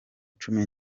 cumi